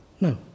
No